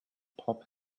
pop